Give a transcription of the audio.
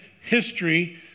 history